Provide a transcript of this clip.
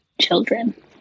children